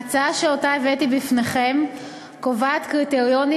ההצעה שהבאתי בפניכם קובעת קריטריונים